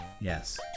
Yes